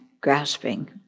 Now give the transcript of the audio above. grasping